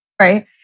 Right